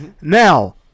Now